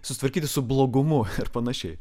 susitvarkyti su blogumu ir panašiai